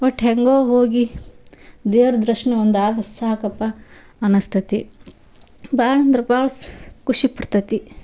ಒಟ್ಟು ಹೇಗೋ ಹೋಗಿ ದೇವ್ರ ದರ್ಶ್ನ ಒಂದು ಆದ್ರೆ ಸಾಕಪ್ಪ ಅನಿಸ್ತತಿ ಭಾಳಂದ್ರೆ ಭಾಳ ಸ್ ಖುಷಿಪಡ್ತತಿ